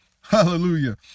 Hallelujah